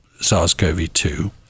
SARS-CoV-2